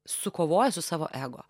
sukovoja su savo ego